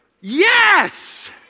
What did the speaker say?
Yes